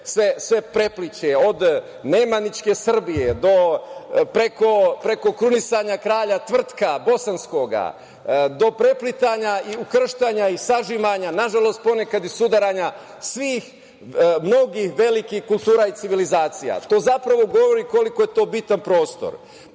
sve prepliće, od nemanjićke Srbije, preko krunisanja kralja Tvrtka bosanskog do preplitanja i ukrštanja i sažimanja, nažalost, ponekad i sudaranja svih mnogih velikih kultura i civilizacija. To zapravo govori koliko je to bitan prostor.